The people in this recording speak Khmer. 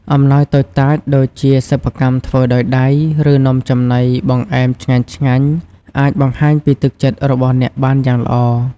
អំណោយតូចតាច ដូចជាសិប្បកម្មធ្វើដោយដៃ ឬ នំចំណីបង្អែមឆ្ងាញ់ៗ អាចបង្ហាញពីទឹកចិត្តរបស់អ្នកបានយ៉ាងល្អ។